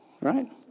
Right